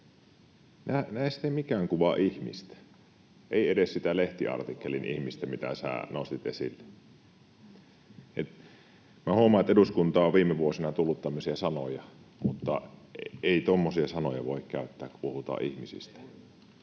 Näistä ei mikään kuvaa ihmistä, ei edes sitä lehtiartikkelin ihmistä, minkä nostit esille. Huomaan, että eduskunnassa on viime vuosina tullut tämmöisiä sanoja, mutta ei tuommoisia sanoja voi käyttää, kun puhutaan ihmisistä.